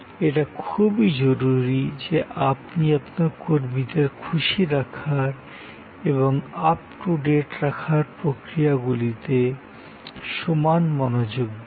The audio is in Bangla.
এটা খুবই জরুরি যে আপনি আপনার কর্মীদের খুশি রাখার এবং আপ টু ডেট রাখার প্রক্রিয়াগুলিতে সমান মনোযোগ দিন